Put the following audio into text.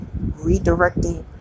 redirecting